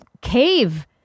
cave